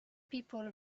people